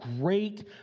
great